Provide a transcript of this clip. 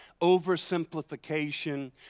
oversimplification